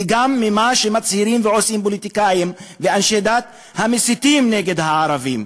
וגם ממה שמצהירים ועושים פוליטיקאים ואנשי דת המסיתים נגד הערבים.